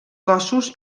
cossos